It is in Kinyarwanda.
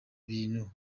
bintu